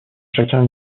chacun